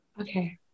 Okay